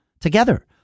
together